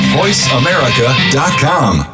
voiceamerica.com